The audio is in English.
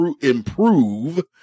improve